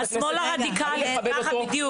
אני מכבד אותו,